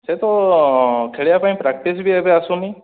ସେ ତ ଖେଳିବା ପାଇଁ ପ୍ରାକ୍ଟିସ୍ ବି ଏବେ ଆସୁନି